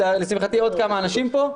ולשמחתי של עוד כמה אנשים פה,